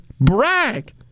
brag